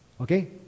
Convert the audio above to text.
Okay